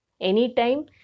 anytime